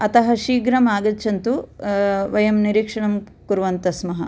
अतः शीघ्रम् आगच्छन्तु वयं निरीक्षणं कुर्वन्तः स्मः